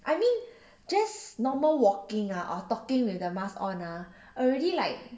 I mean just normal walking ah or talking with the mask on ah already like